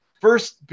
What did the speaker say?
first